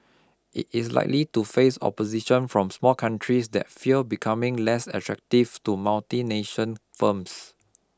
it is likely to face opposition from small countries that fear becoming less attractive to multinational firms